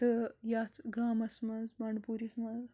تہٕ یَتھ گامَس منٛز بنٛڈٕ پوٗرِس منٛز